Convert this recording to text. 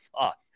fuck